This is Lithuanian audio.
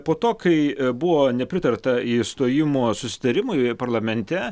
po to kai buvo nepritarta išstojimo susitarimui parlamente